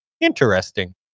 Interesting